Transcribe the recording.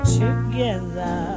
together